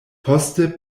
poste